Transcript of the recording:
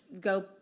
go